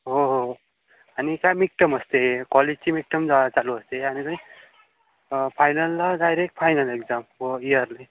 हो हो हो आणि काय मिडटम असते कॉलेजची मिडटम जा चालू असते आणि ती फायनलला डायरेक्ट फायनल एक्झाम प इयरली